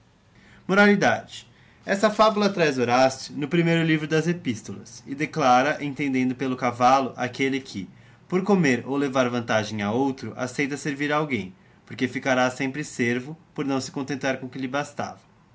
moralidade esta fabula traz horácio no primeiro livro das epistolas e declara entendendo pelo cavallo aquelle que por comer ou levar vantajem a outro aceita servir a alguém porque ficará sempre servo por não se contentar com que lhe bastava